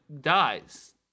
dies